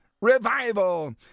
Revival